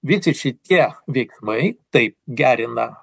visi šitie veiksmai tai gerina